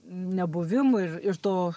nebuvimo ir ir to